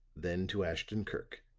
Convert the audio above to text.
then to ashton-kirk.